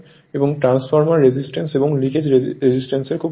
এবং transfer resistance এবং leakage reactance খুব ছোট